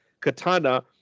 katana